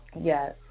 Yes